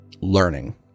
learning